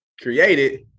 created